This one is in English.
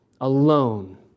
alone